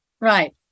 right